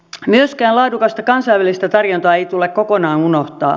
myöskään laadukasta kansainvälistä tarjontaa ei tule kokonaan unohtaa